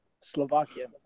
Slovakia